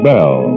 Bell